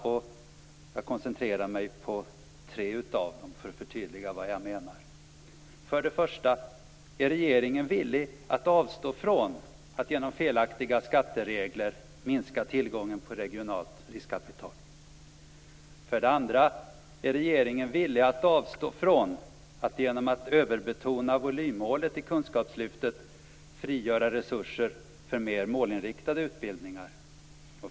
Jag koncentrerar mig på tre av dem för att förtydliga vad jag menar. För det första: Är regeringen villig att avstå från att genom felaktiga skatteregler minska tillgången på regionalt riskkapital? För det andra: Är regeringen villig att avstå från att genom att överbetona volymmålet i kunskapslyftet frigöra resurser för mer målinriktade utbildningar?